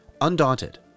Undaunted